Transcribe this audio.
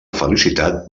felicitat